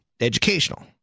educational